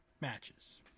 matches